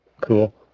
Cool